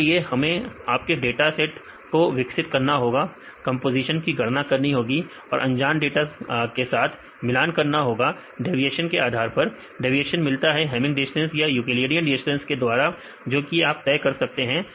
इसके लिए हमें आपके डाटा सेट को विकसित करना होगा कंपोजीशन की गणना करनी होगी और अनजान सेट के साथ मिलान करना होगा डेविएशन के आधार पर डेविएशन मिलता है हैमिंग डिस्टेंस या यूक्लिडियन डिस्टेंस के द्वारा जो कि आप तय कर सकते हैं